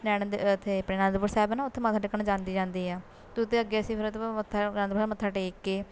ਨੈਣਾ ਦੇ ਇੱਥੇ ਆਪਣੇ ਆਨੰਦਪੁਰ ਸਾਹਿਬ ਨਾ ਉੱਥੇ ਮੱਥਾ ਟੇਕਣ ਜਾਂਦੇ ਹੀ ਜਾਂਦੇ ਹੈ ਅਤੇ ਉਹਤੇ ਅੱਗੇ ਅਸੀਂ ਫਿਰ ਉਹ ਤੋਂ ਬਾਅਦ ਮੱਥਾ ਆਨੰਦਪੁਰ ਸਾਹਿਬ ਮੱਥਾ ਟੇਕ ਕੇ